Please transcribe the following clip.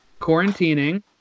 quarantining